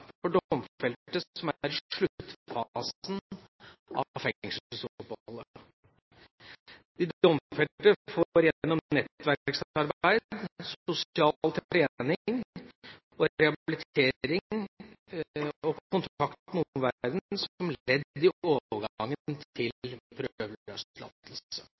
for domfelte som er i sluttfasen av fengselsoppholdet. De domfelte får gjennom nettverksarbeid, sosial trening og rehabilitering kontakt med omverdenen som ledd i overgangen til